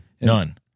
None